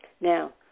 Now